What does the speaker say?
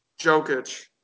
Jokic